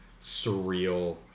surreal